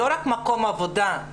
לא רק מקום עבודה,